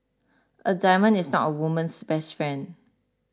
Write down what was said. a diamond is not a woman's best friend